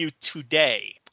today